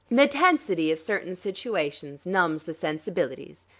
the tensity of certain situations numbs the sensibilities.